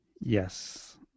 Yes